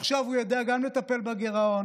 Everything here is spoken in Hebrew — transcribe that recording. עכשיו הוא יודע גם לטפל בגירעון,